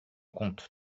compte